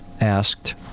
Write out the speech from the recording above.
asked